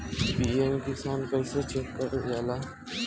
PM Kisan कइसे check करल जाला?